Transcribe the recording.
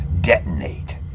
detonate